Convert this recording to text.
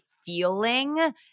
feeling